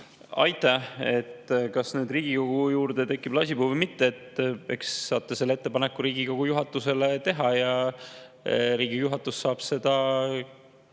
Aitäh! Kas Riigikogu juurde tekib lasipuu või mitte? Eks saate selle ettepaneku Riigikogu juhatusele teha ja juhatus saab seda